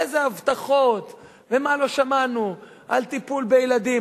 איזה הבטחות ומה לא שמענו על טיפול בילדים.